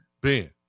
Ben